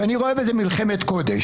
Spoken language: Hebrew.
ואני רואה בכך מלחמת קודש.